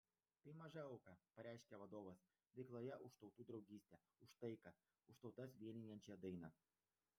tai maža auka pareiškė vadovas veikloje už tautų draugystę už taiką už tautas vienijančią dainą